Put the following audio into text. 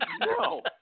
no